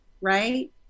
right